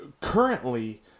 Currently